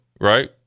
right